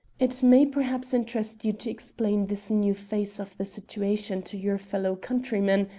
it may perhaps interest you to explain this new phase of the situation to your fellow-countrymen,